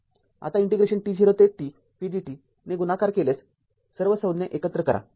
आता integration t0 ते t v dt ने गुणाकार केलेल्या सर्व संज्ञा एकत्र करा